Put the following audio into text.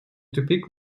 тупик